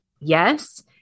Yes